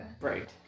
Right